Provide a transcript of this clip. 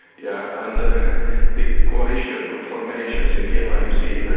yeah and the coalition formations in finland, you see,